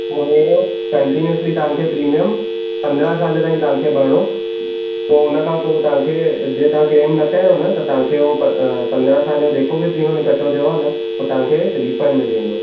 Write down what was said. पोइ कंटीन्यूअसली तव्हांखे प्रीमिअम तव्हांखे पंदरहां साल ताईं तव्हांखे भरिणो हुनखां पोइ क्लेम न कयो न तव्हांखे हू पंदरहां साल जो जेको बि प्रीमिअम इकठो थियो आहे न हू तव्हांखे रिफंड मिली वेंदो